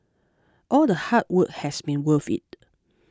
all the hard work has been worth it